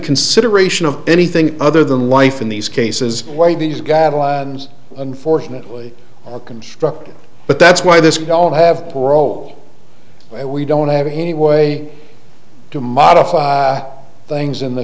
consideration of anything other than life in these cases where these guidelines unfortunately are constructed but that's why this don't have parole we don't have any way to modify things in the